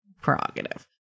prerogative